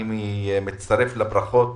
אני מצטרף לברכות